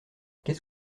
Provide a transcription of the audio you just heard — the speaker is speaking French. qu’est